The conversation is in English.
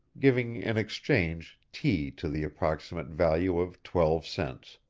giving in exchange tea to the approximate value of twelve cents.